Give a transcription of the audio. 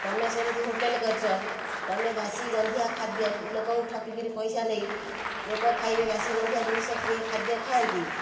ତମେ ସେମିତି ହୋଟେଲ୍ କରିଛ ତମେ ବାସି ଗନ୍ଧିଆ ଖାଦ୍ୟ ଲୋକଙ୍କୁ ଠକିକରି ପଇସା ନେଇ ଲୋକ ଖାଇବେ ବାସି ଗନ୍ଧିଆ ଜିନିଷ କିଏ ଖାଦ୍ୟ ଖାଆନ୍ତି